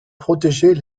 protéger